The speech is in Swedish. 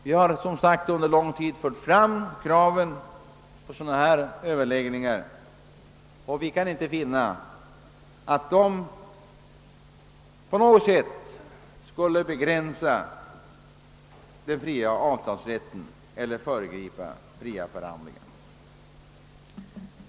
Vi har som sagt under lång tid fört fram krav på sådana överläggningar, och vi kan inte finna att de på något sätt skulle begränsa den fria avtalsrätten eller föregripa fria förhandlingar.